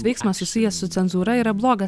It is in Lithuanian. veiksmas susijęs su cenzūra yra blogas